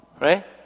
right